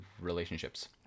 relationships